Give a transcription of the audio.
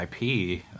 IP